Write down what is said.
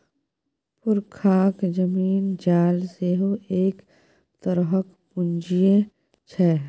पुरखाक जमीन जाल सेहो एक तरहक पूंजीये छै